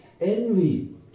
envy